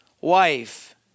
wife